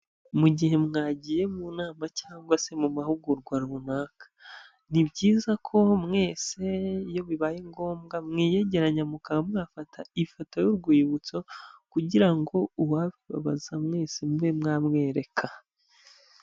Mu gihe mwagiye mu nama cyangwa se mu mahugurwa runaka, ni byiza ko mwese iyo bibaye ngombwa mwiyegeranya mukaba mwafata ifoto y'urwibutso kugira ngo uwabibabaza mwese mube mwamwereka.